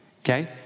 okay